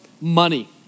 money